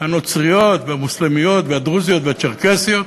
הנוצריות והמוסלמיות והדרוזיות והצ'רקסיות.